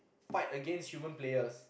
fight against human players